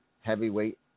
Heavyweight